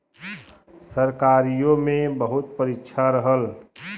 सरकारीओ मे बहुत परीक्षा रहल